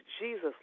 Jesus